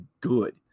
good